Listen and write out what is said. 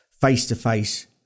face-to-face